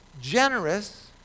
generous